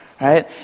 right